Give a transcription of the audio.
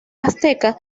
azteca